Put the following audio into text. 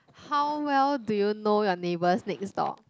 how well do you know your neighbors next door